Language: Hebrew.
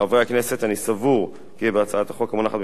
אני סבור כי בהצעת החוק המונחת בפניכם יש כדי להגביר